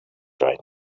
right